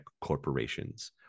corporations